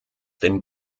den